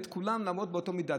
ואת כולם נאמוד באותה מידה,